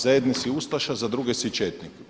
Za jedne si ustaša, za druge si četnik.